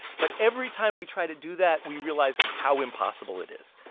but every time we try to do that, we realize how impossible it is.